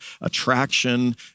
attraction